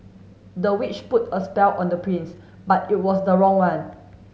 the witch put a spell on the prince but it was the wrong one